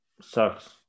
sucks